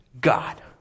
God